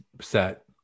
set